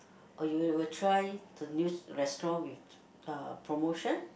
or you will try to use restaurant with the promotion